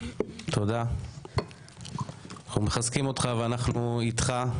אנחנו מחזקים אותך, אנחנו איתך.